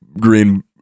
green